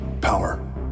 power